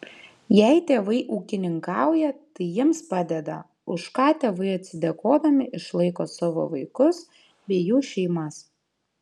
jei tėvai ūkininkauja tai jiems padeda už ką tėvai atsidėkodami išlaiko savo vaikus bei jų šeimas